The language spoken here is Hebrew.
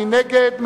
מי נגד?